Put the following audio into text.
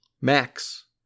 Max